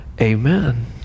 Amen